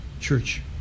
church